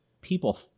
people